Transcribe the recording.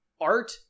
Art